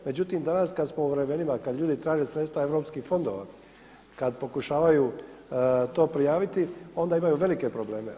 Međutim, danas kada smo u vremenima, kada ljudi traže sredstva europskih fondova, kada pokušavaju to prijaviti onda imaju velike probleme.